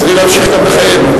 צריך להמשיך גם בחיינו.